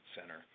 center